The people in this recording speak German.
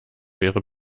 wäre